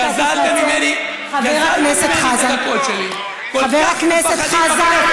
חבר הכנסת חזן,